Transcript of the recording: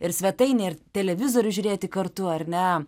ir svetaine ir televizorių žiūrėti kartu ar ne